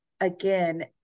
again